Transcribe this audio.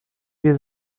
wir